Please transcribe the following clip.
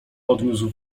odniósł